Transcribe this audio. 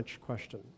question